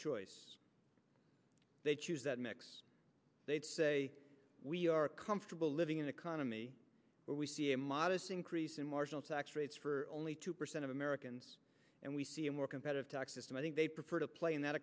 choice they choose that next they'd say we are comfortable living in the economy but we see a modest increase in marginal tax rates for only two percent of americans and we see a more competitive tax system i think they prefer to play in that